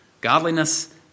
Godliness